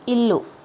ఇల్లు